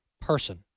person